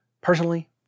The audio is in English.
personally